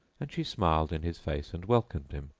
and she smiled in his face and welcomed him,